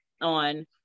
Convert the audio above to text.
on